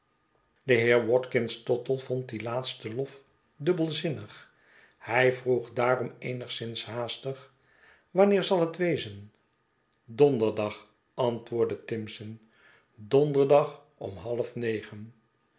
de heer watkins tottle vond dien laatsten lof dubbelzinnig hij vroeg daarom eenigszins haastig wanneer zal het wezen donderdag antwoordde timson donderdag om halfnegen